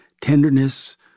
tenderness